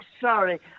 sorry